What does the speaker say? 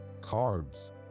carbs